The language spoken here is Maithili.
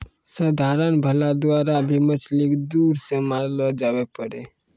साधारण भाला द्वारा भी मछली के दूर से मारलो जावै पारै